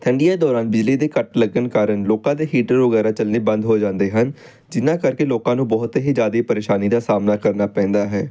ਠੰਡੀਆਂ ਦੌਰਾਨ ਬਿਜਲੀ ਦੇ ਕੱਟ ਲੱਗਣ ਕਾਰਨ ਲੋਕਾਂ ਦੇ ਹੀਟਰ ਵਗੈਰਾ ਚੱਲਣੇ ਬੰਦ ਹੋ ਜਾਂਦੇ ਹਨ ਜਿਨ੍ਹਾਂ ਕਰਕੇ ਲੋਕਾਂ ਨੂੰ ਬਹੁਤ ਹੀ ਜ਼ਿਆਦਾ ਪਰੇਸ਼ਾਨੀ ਦਾ ਸਾਹਮਣਾ ਕਰਨਾ ਪੈਂਦਾ ਹੈ